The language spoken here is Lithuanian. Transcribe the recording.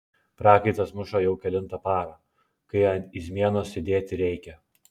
prakaitas muša jau kelinta para kai ant izmienos sėdėti reikia